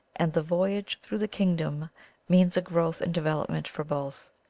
and the voyage through the kingdom means a growth and development for both.